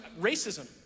racism